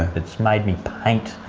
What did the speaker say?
it's made me paint,